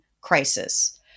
crisis